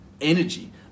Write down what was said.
energy